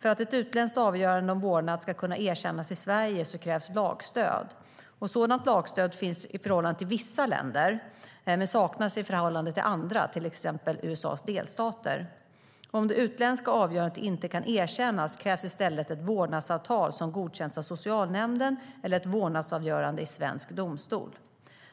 För att ett utländskt avgörande om vårdnad ska kunna erkännas i Sverige krävs lagstöd. Sådant lagstöd finns i förhållande till vissa länder men saknas i förhållande till andra, till exempel USA:s delstater. Om det utländska avgörandet inte kan erkännas krävs i stället ett vårdnadsavtal som godkänts av socialnämnden eller ett vårdnadsavgörande av svensk domstol.